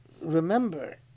remember